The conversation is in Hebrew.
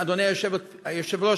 אדוני היושב-ראש,